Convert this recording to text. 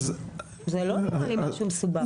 זה לא נראה לי מסובך.